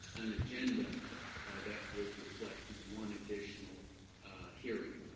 an agenda that would reflect one additional hearing,